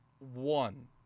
One